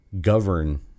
govern